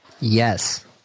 Yes